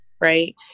Right